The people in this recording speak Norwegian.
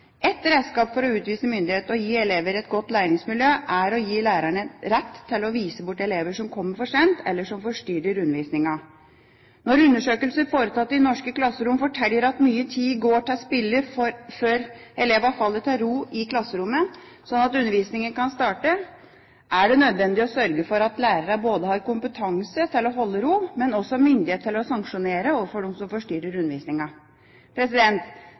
Et redskap for å utvise myndighet og gi elever et godt læringsmiljø er å gi lærerne rett til å vise bort elever som kommer for sent, eller som forstyrrer undervisningen. Når undersøkelser foretatt i norske klasserom forteller at mye tid går til spille før elevene faller til ro i klasserommet slik at undervisningen kan starte, er det nødvendig å sørge for at lærerne har kompetanse til å holde ro, men også myndighet til å sanksjonere overfor dem som